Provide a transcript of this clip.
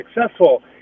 successful